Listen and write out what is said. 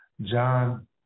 john